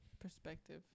perspective